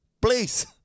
Please